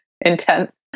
intense